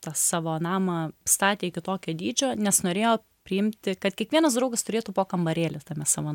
tą savo namą statė iki tokio dydžio nes norėjo priimti kad kiekvienas draugas turėtų po kambarėlį tame savo